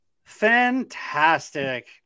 fantastic